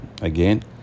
again